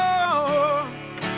oh,